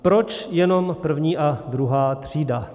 Proč jenom první a druhá třída?